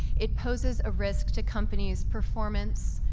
it poses a risk to companies' performance,